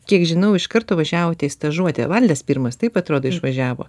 kiek žinau iš karto važiavote į stažuotę valdas pirmas taip atrodo išvažiavo